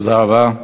תודה רבה.